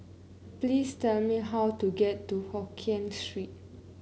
please tell me how to get to Hokien Street